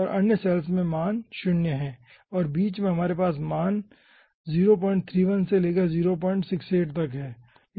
और अन्य सैल्स में मान 0 हैं और बीच में हमारे पास मान 031 से शुरू होकर 0 68 तक हैं